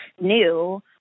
new